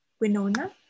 Winona